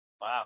Wow